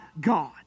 God